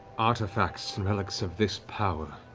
artifacts and relics of this power